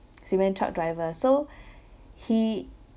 cement truck driver so he